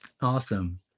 awesome